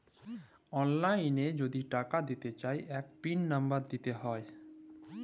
অললাইল যদি টাকা দিতে চায় ইক পিল লম্বর দিতে হ্যয়